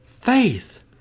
faith